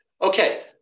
Okay